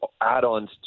add-ons